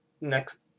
next